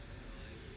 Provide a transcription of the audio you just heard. mmhmm